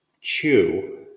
chew